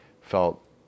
felt